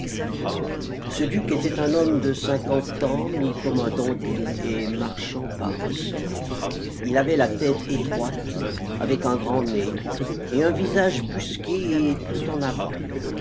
ce duc était un homme de cinquante ans mis comme un dandy et marchant par ressorts il avait la tête étroite avec un grand nez et un visage busqué et tout en avant